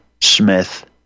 Smith